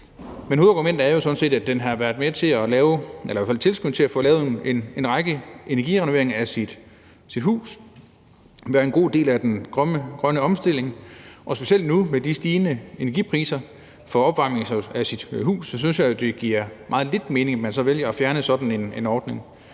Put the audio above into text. men hovedargumentet er jo sådan set, at den har været med til at tilskynde til at få lavet en række energirenoveringer af folks huse, og det har været en god del af den grønne omstilling, og specielt nu, med de stigende energipriser for opvarmning af et hus, synes jeg det giver meget lidt mening, at man så vælger at fjerne sådan en ordning.